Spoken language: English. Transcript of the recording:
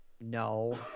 No